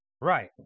Right